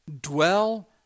Dwell